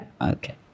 okay